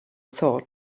thought